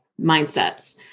mindsets